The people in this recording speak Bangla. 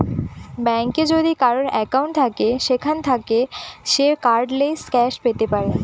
ব্যাঙ্কে যদি কারোর একাউন্ট থাকে সেখান থাকে সে কার্ডলেস ক্যাশ পেতে পারে